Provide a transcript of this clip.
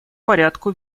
порядку